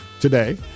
today